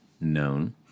known